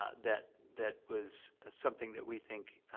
ah that that was something that we think,